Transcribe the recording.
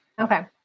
Okay